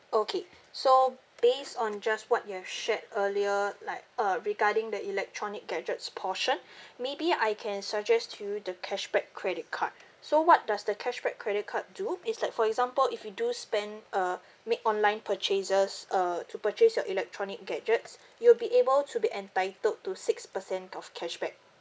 okay so based on just what you have shared earlier like uh regarding the electronic gadgets portion maybe I can suggest you the cashback credit card so what does the cashback credit card do it's like for example if you do spend uh make online purchases uh to purchase your electronic gadgets you'll be able to be entitled to six percent of cashback